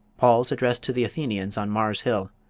paul's address to the athenians on mars hill,